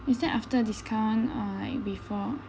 is that after discount one or like before